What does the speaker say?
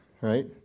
right